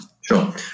Sure